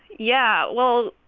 yeah. well,